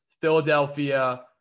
Philadelphia